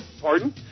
Pardon